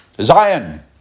Zion